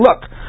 look